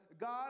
God